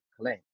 claim